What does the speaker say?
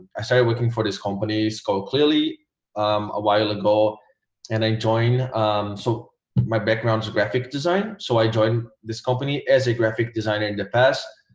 i started working for this companies called clearly um a while ago and i joined so my backgrounds graphic design so i joined this company as a graphic designer in the past